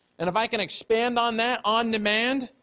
and if i can expand on that on demand,